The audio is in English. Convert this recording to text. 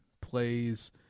plays